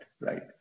Right